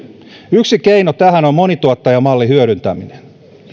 yksi keino tähän on monituottajamallin hyödyntäminen